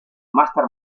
master